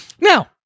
Now